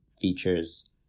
features